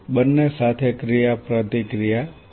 બંને સાથે ક્રિયાપ્રતિક્રિયા કરવી